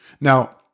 Now